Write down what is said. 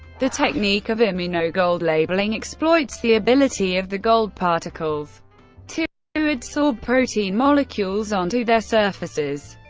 the technique of immunogold labeling exploits the ability of the gold particles to to adsorb protein molecules onto their surfaces.